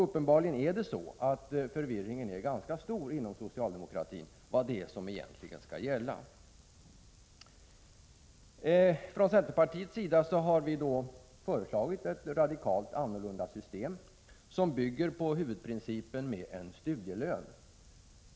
Uppenbarligen är förvirringen ganska stor inom socialdemokratin om vad som skall gälla. Centerpartiet har föreslagit ett radikalt annorlunda utformat system som bygger på huvudprincipen studielön.